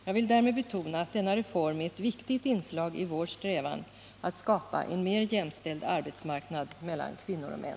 Jag vill därmed betona att denna reform är ett viktigt inslag i vår strävan att skapa en mer jämställd arbetsmarknad mellan kvinnor och män.